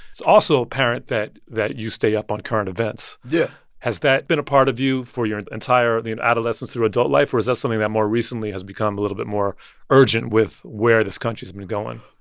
it's also apparent that that you stay up on current events yeah has that been a part of you for your entire the and adolescence through adult life, or is that something that more recently has become a little bit more urgent with where this country's been going?